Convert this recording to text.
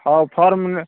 ହେଉ ଫର୍ମ୍ ନେ